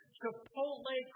chipotle